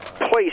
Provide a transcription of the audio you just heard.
place